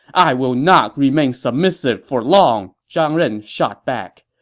i will not remain submissive for long! zhang ren shot back.